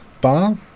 bar